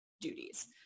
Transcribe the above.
duties